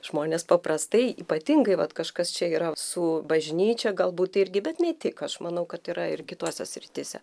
žmonės paprastai ypatingai vat kažkas čia yra su bažnyčia galbūt irgi bet ne tik aš manau kad yra ir kitose srityse